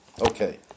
Okay